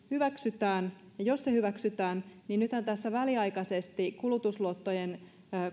hyväksytään jos se hyväksytään niin tässä väliaikaisesti kulutusluottojen